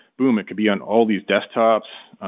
boom it could be on all these desktops.